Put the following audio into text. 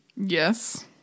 Yes